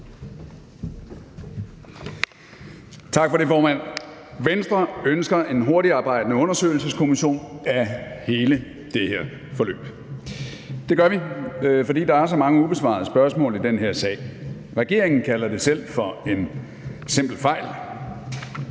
Tak for det, formand. Venstre ønsker en hurtigtarbejdende undersøgelseskommission af hele det her forløb. Det gør vi, fordi der er så mange ubesvarede spørgsmål i den her sag. Regeringen kalder det selv for en simpel fejl.